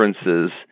differences